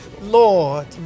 Lord